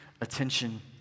attention